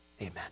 Amen